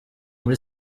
muri